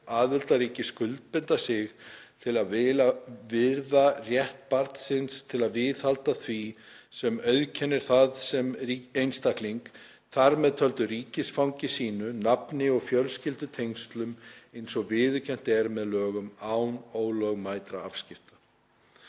„Aðildarríki skuldbinda sig til að virða rétt barns til að viðhalda því sem auðkennir það sem einstakling, þar með töldu ríkisfangi sínu, nafni og fjölskyldutengslum eins og viðurkennt er með lögum, án ólögmætra afskipta.